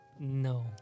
No